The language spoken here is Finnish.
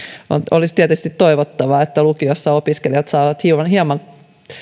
olisi tietysti toivottavaa että lukiossa opiskelijat saavat hieman